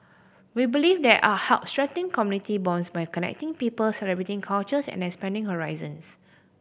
we believe that art helps strengthen community bonds by connecting people celebrating cultures and expanding horizons